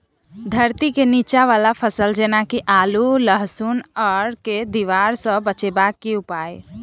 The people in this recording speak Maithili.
धरती केँ नीचा वला फसल जेना की आलु, अल्हुआ आर केँ दीवार सऽ बचेबाक की उपाय?